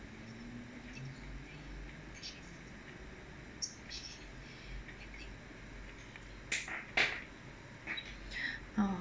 oh